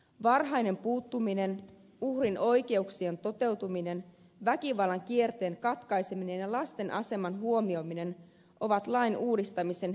varhainen puuttuminen uhrin oikeuksien toteutuminen väkivallan kierteen katkaiseminen ja lasten aseman huomioiminen ovat lain uudistamisen keskeiset tavoitteet